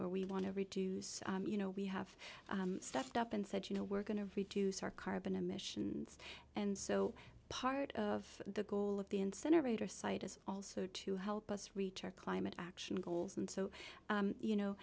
where we want to reduce you know we have stepped up and said you know we're going to reduce our carbon emissions and so part of the goal of the incinerator site is also to help us reach our climate action goals and so you know